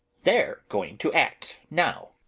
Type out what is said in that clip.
they're going to act now.